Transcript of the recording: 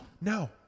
no